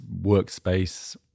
workspace